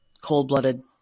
cold-blooded